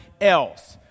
else